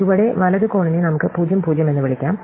അതിനാൽ ചുവടെ വലത് കോണിനെ നമുക്ക് 00 എന്ന് വിളിക്കാം